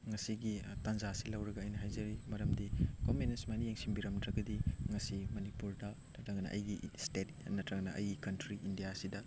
ꯉꯁꯤꯒꯤ ꯇꯟꯖꯥ ꯑꯁꯤ ꯂꯧꯔꯒ ꯑꯩꯅ ꯍꯥꯏꯖꯔꯤ ꯃꯔꯝꯗꯤ ꯒꯣꯕꯔꯃꯦꯟꯅ ꯁꯨꯃꯥꯏꯅ ꯌꯦꯡꯁꯤꯟꯕꯤꯔꯝꯗ꯭ꯔꯒꯗꯤ ꯉꯁꯤ ꯃꯅꯤꯄꯨꯔꯗ ꯅꯠꯇ꯭ꯔꯒꯅ ꯑꯩꯒꯤ ꯏꯁꯇꯦꯠ ꯅꯠꯇ꯭ꯔꯒꯅ ꯑꯩꯒꯤ ꯀꯟꯇ꯭ꯔꯤ ꯏꯟꯗꯤꯌꯥꯁꯤꯗ